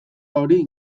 hori